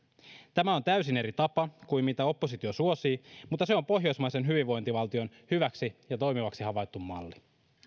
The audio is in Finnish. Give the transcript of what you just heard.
tämä on täysin eri tapa kuin se mitä oppositio suosii mutta se on pohjoismaisen hyvinvointivaltion hyväksi ja toimivaksi havaittu malli